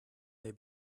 they